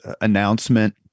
announcement